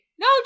No